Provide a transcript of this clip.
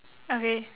okay